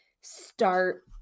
start